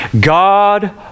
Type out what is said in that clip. God